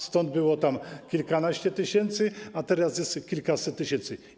Stąd było kilkanaście tysięcy, a teraz jest ich kilkaset tysięcy.